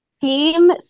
Team